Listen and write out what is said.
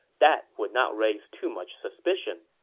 that would not raise too much suspicion.